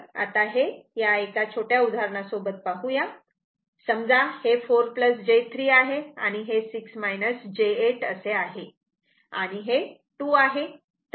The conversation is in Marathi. तर आता हे या एका छोट्या उदाहरणा सोबत पाहू समजा हे 4 j 3 आहे आणि हे 6 j 8 असे आणि हे 2 आहे